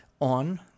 on